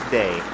day